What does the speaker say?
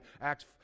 Acts